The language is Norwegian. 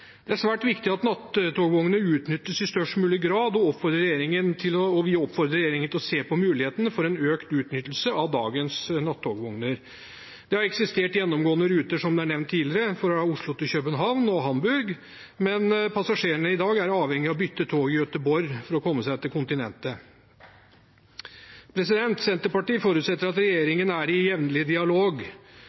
Det er svært viktig at nattogvognene utnyttes i størst mulig grad, og vi oppfordrer regjeringen til å se på mulighetene for en økt utnyttelse av dagens nattogvogner. Det har eksistert gjennomgående ruter, som nevnt tidligere, fra Oslo til København og Hamburg, men i dag er passasjerene avhengige av å bytte tog i Gøteborg for å komme seg til kontinentet. Senterpartiet forutsetter at regjeringen er i jevnlig dialog